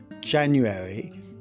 January